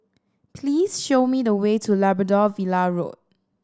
please show me the way to Labrador Villa Road